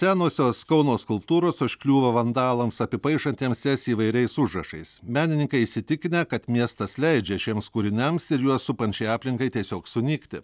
senosios kauno skulptūros užkliūva vandalams apipaišantiems jas įvairiais užrašais menininkai įsitikinę kad miestas leidžia šiems kūriniams ir juos supančiai aplinkai tiesiog sunykti